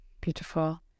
Beautiful